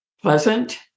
pleasant